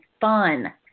fun